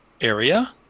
area